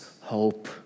hope